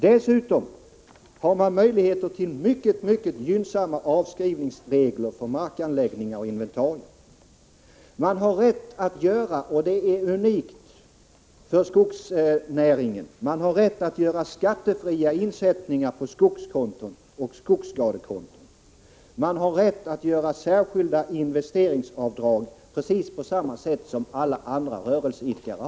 Dessutom har man möjlighet att utnyttja utomordentligt gynnsamma Man har rätt — och detta är unikt för skogsnäringen — att göra skattefria insättningar på skogskonton och skogsskadekonton, och man har rätt att göra särskilda investeringsavdrag precis på samma sätt som alla andra rörelseidkare.